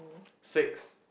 six